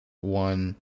one